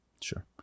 Sure